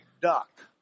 duck